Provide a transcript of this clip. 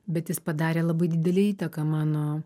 bet jis padarė labai didelę įtaką mano